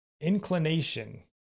inclination